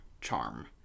charm